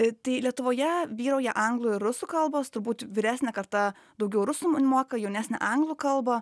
taip tai lietuvoje vyrauja anglų ir rusų kalbos turbūt vyresnė karta daugiau rusų moka jaunesni anglų kalbą